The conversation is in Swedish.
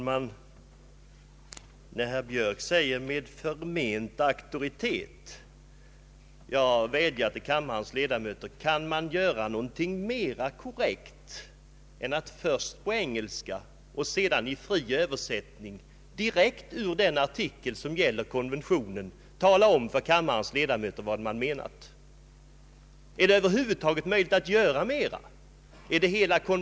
Herr talman! Herr Björk talar om min förmenta auktoritet. Jag vill vädja till kammarens ledamöter och fråga: Kan man göra någonting mera korrekt än att först på engelska och sedan i fri översättning direkt återge den artikel det här gäller för att tala om för kammarens ledamöter vad man menat? Är det över huvud taget möjligt att göra mer?